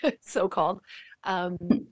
so-called